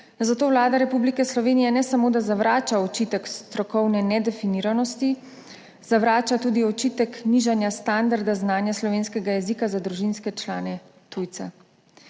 zato Vlada Republike Slovenije ne samo zavrača očitek strokovne nedefiniranosti, zavrača tudi očitek nižanja standarda znanja slovenskega jezika za družinske člane tujca.